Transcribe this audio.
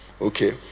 okay